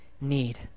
need